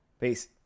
Peace